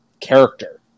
character